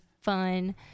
fun